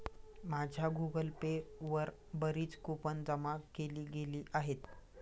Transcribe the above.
माझ्या Google Pay वर बरीच कूपन जमा केली गेली आहेत